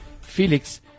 Felix